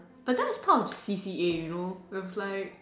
but that was kind of C_C_A you know it was like